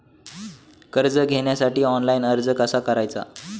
कर्ज घेण्यासाठी ऑनलाइन अर्ज कसा करायचा?